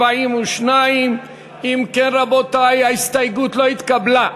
42. אם כן, רבותי, ההסתייגות לא התקבלה.